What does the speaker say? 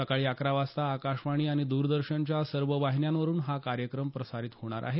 सकाळी अकरा वाजता आकाशवाणी आणि द्रदर्शनच्या सर्व वाहिन्यांवरून हा कार्यक्रम प्रसारित होणार आहे